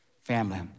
family